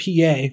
pa